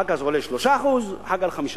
אחר כך זה עולה ל-3%, אחר כך, ל-5%.